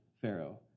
Pharaoh